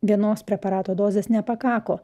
vienos preparato dozės nepakako